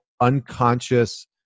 unconscious